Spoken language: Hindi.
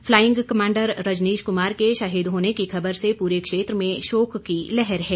फ्लाइंग कमांडर रजनीश कुमार के शहीद होने की खबर से पूरे क्षेत्र में शोक की लहर है